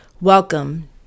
welcome